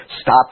stop